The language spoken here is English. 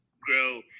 grow